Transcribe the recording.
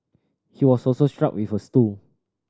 he was also struck with a stool